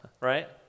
right